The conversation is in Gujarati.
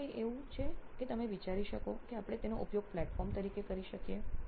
બીજું કંઈ એવું છે કે તમે વિચારી શકો કે આપણે તેનો ઉપયોગ પ્લેટફોર્મ તરીકે કરી શકીએ